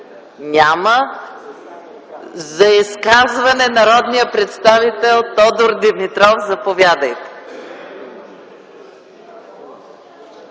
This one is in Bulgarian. Няма. За изказване – народният представител Тодор Димитров. Заповядайте.